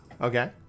Okay